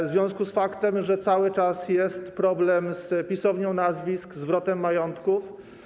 W związku również z faktem, że cały czas jest problem z pisownią nazwisk, zwrotem majątków.